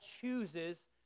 chooses